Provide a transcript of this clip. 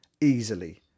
easily